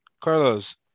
Carlos